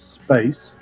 space